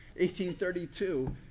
1832